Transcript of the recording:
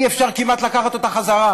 אי-אפשר כמעט לקחת אותה חזרה,